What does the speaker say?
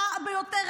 הרע ביותר,